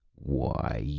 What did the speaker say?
why,